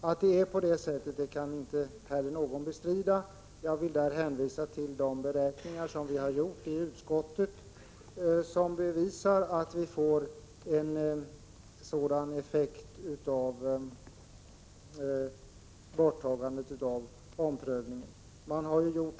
Ingen kan bestrida att det är så. Jag vill hänvisa till de beräkningar som har gjorts i utskottet och som bevisar att borttagandet av omprövningen får sådana effekter.